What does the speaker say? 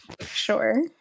sure